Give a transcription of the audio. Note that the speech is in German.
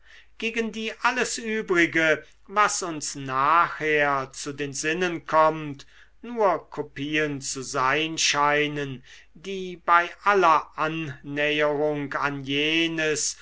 gegen die alles übrige was uns nachher zu den sinnen kommt nur kopien zu sein scheinen die bei aller annäherung an jenes